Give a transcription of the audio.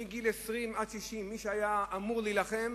מגיל 20 עד 60, מי שהיה אמור להילחם,